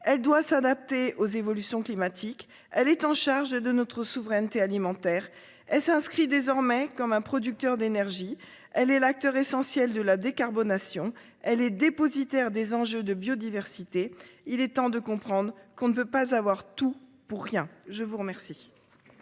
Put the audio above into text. elle doit s'adapter aux évolutions climatiques, elle est en charge de notre souveraineté alimentaire et s'inscrit désormais comme un producteur d'énergie, elle est l'acteur essentiel de la décarbonation elle est dépositaire des enjeux de biodiversité. Il est temps de comprendre qu'on ne peut pas avoir tout pour rien. Je vous remercie.